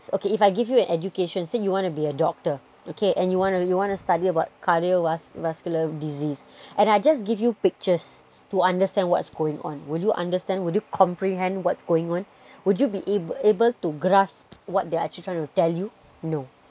okay if I give you an education say you want to be a doctor okay and you want to you want to study about cardiovascular disease and I just give you pictures to understand what's going on will you understand will you comprehend what's going on would you be able to grasp what they're actually trying to tell you no